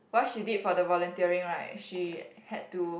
what she did for the volunteering right she had to